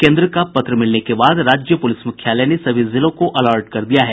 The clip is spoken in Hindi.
केन्द्र का पत्र मिलने के बाद राज्य प्रलिस मुख्यालय ने सभी जिलों को अलर्ट कर दिया है